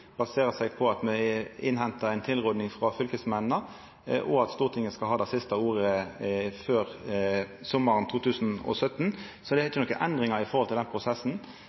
baserer seg på lokale initiativ, på at me innhentar ei tilråding frå fylkesmennene, og på at Stortinget skal ha det siste ordet før sommaren 2017. Så det er ikkje nokon endringar i den prosessen.